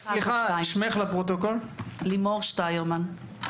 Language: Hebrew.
שמי לימור שטיירמן,